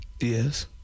Yes